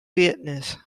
business